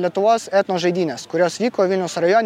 lietuvos etno žaidynes kurios vyko vilniaus rajone